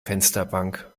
fensterbank